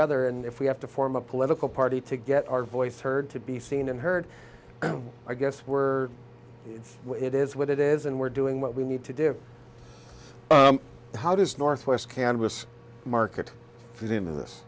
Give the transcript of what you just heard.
other and if we have to form a political party to get our voice heard to be seen and heard i guess we're it is what it is and we're doing what we need to do how does northwest canvass market for them in this